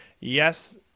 yes –